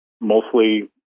mostly